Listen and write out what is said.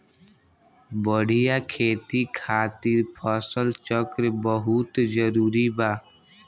बढ़िया खेती खातिर फसल चक्र बहुत जरुरी बा